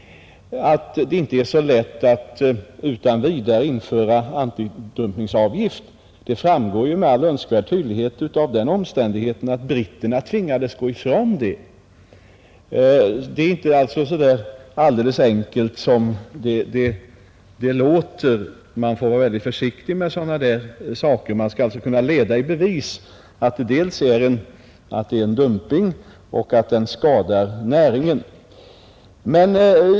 Att det inte är så lätt att utan vidare införa antidumpingavgift framgår med all önskvärd tydlighet av den omständigheten att britterna tvingades gå ifrån det systemet. Det är därför inte så där alldeles enkelt som det låter. Man får vara väldigt försiktig med sådana saker, och man skall kunna leda i bevis både att det är fråga om en dumping och att den skadar näringen.